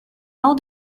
all